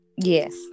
yes